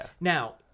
Now